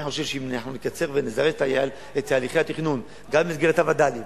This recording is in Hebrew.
אני חושב שאם נקצר ונזרז את תהליכי התכנון גם במסגרת הווד"לים,